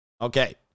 Okay